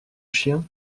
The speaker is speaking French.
chiens